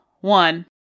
one